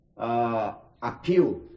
Appeal